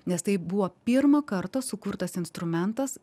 nes tai buvo pirmą kartą sukurtas instrumentas